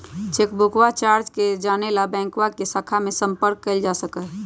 चेकबुकवा चार्ज के जाने ला बैंकवा के शाखा में संपर्क कइल जा सका हई